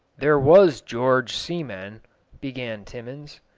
there was george seaman began timmans.